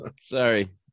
Sorry